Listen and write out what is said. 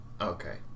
Okay